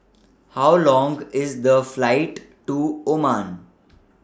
How Long IS The Flight to Oman